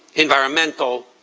environmental